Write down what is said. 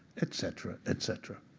etc, etc.